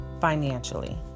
financially